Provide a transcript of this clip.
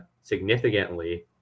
significantly